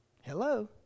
Hello